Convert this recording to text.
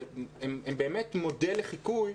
והם באמת מודל לחיקוי,